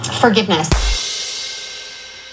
forgiveness